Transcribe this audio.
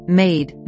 made